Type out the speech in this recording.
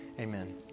amen